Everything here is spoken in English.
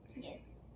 Yes